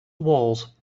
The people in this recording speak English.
walls